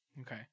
Okay